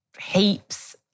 heaps